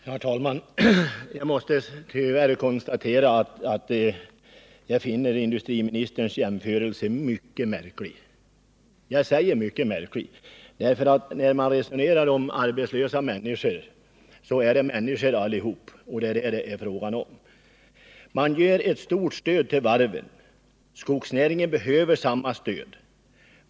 Herr talman! Jag måste tyvärr konstatera att industriministerns jämförelse är mycket märklig. Jag säger ”mycket märklig”, därför att när man resonerar om arbetslösa människor skall man komma ihåg att de är människor allesammans. Man ger ett stort stöd till varven. Skogsnäringen behöver samma stöd.